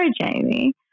Jamie